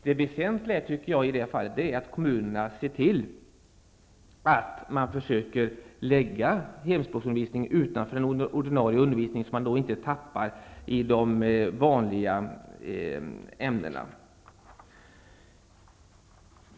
Det väsentliga är, tycker jag, att kommunerna ser till att försöka lägga hemspråksundervisningen utanför den ordinarie undervisningen, så att eleverna inte kommer efter i de vanliga ämnena.